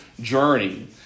journey